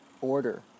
order